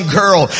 girl